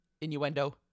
Innuendo